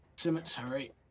Cemetery